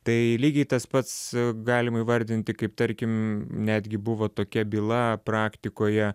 tai lygiai tas pats galim įvardinti kaip tarkim netgi buvo tokia byla praktikoje